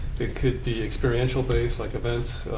it could be experiential-based, like events.